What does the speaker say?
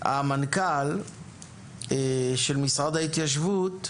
המנכ"ל של משרד ההתיישבות יכול,